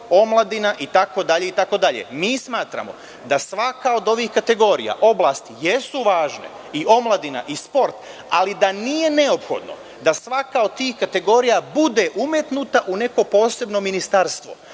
omladina, itd. Mi smatramo da svaka od ovih kategorija, oblasti jesu važne, i omladina i sport, ali da nije neophodno da svaka od tih kategorija bude umetnuta u neka posebna ministarstva,